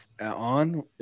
on